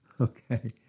Okay